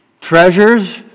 treasures